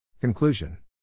Conclusion